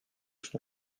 son